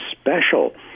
special